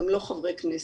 גם לא חברי כנסת.